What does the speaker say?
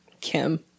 Kim